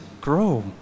grow